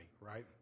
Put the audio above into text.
right